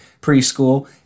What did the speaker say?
preschool